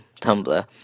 Tumblr